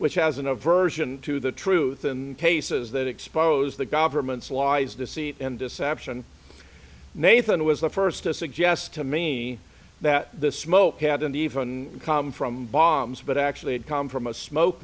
which has an aversion to the truth and cases that expose the government's laws deceit and deception nathan was the first to suggest to me that the smoke hadn't even come from bombs but actually had come from a smoke